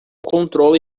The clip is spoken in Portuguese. controle